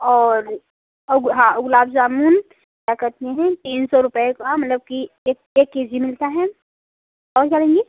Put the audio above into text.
और औ हाँ गुलाब जामुन क्या कहते हैं तीन सौ रुपये का मतलब कि एक एक के जी मिलता है और क्या लेंगी